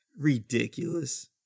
Ridiculous